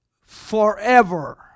forever